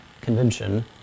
convention